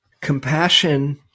Compassion